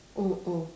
mm mm